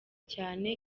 cyane